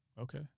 Okay